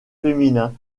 féminins